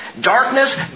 Darkness